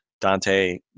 Dante